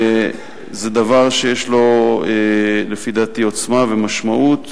זה דבר שיש לו, לדעתי, עוצמה ומשמעות,